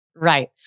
Right